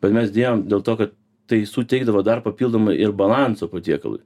bet mes dėjom dėl to kad tai suteikdavo dar papildomai ir balanso patiekalui